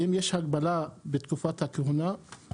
האם יש הגבלה בתקופת הכהונה?